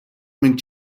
minn